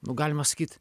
nu galima sakyt